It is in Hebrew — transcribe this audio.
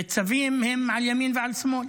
וצווים הם על ימין ועל שמאל.